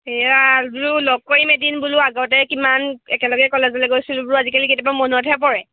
সেয়া আৰু লগ কৰিম এদিন বোলো আগতে কিমান একেলগে কলেজলৈ গৈছিলোঁ বোলো আজিকালি কেতিয়াবা মনতহে পৰে